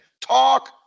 Talk